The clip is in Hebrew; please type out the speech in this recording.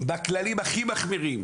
בכללים הכי מחמירים.